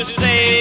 say